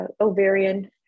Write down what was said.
ovarian